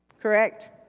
Correct